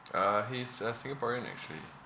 uh he's a singaporean actually